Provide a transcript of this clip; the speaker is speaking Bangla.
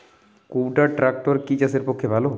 কুবটার ট্রাকটার কি চাষের পক্ষে ভালো?